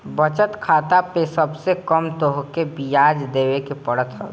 बचत खाता पअ सबसे कम तोहके बियाज देवे के पड़त हवे